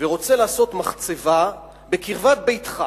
ורוצה לעשות מחצבה בקרבת ביתך,